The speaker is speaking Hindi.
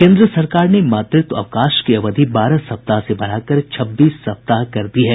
केन्द्र सरकार ने मातृत्व अवकाश की अवधि बारह सप्ताह से बढ़ाकर छब्बीस सप्ताह कर दी है